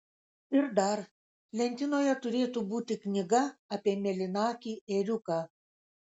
ir dar lentynoje turėtų būti knyga apie mėlynakį ėriuką